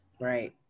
Right